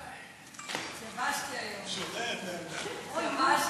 התייבשתי היום.